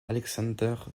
alexander